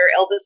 Elvis